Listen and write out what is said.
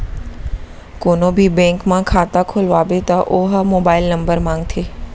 कोनो भी बेंक म खाता खोलवाबे त ओ ह मोबाईल नंबर मांगथे